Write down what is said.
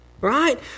Right